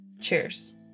Cheers